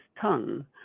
tongue